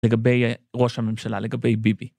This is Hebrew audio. לגבי ראש הממשלה, לגבי ביבי.